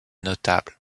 notables